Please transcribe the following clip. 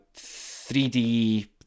3D